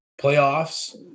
playoffs